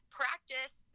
practice